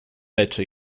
leczy